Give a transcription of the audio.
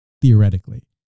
theoretically